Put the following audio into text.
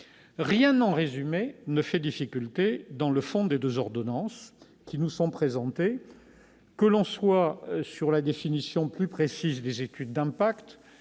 Rien, en résumé, ne fait difficulté dans le fond des deux ordonnances qui nous sont présentées, qu'il s'agisse de la définition plus précise des études d'impact-